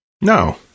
no